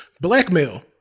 Blackmail